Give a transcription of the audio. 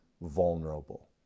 vulnerable